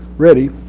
ready.